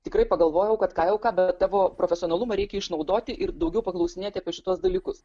tikrai pagalvojau kad ką jau ką bet tavo profesionalumą reikia išnaudoti ir daugiau paklausinėti apie šituos dalykus